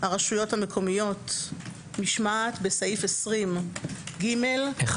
הרשויות המקומיות משמעת בסעיף 20(1ג),